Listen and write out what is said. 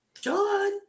John